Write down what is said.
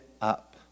up